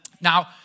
Now